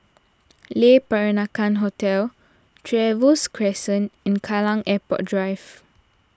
Le Peranakan Hotel Trevose Crescent and Kallang Airport Drive